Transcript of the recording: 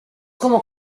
como